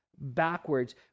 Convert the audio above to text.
backwards